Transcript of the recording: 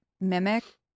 mimic